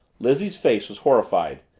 lizzie's face was horrified.